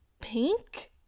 pink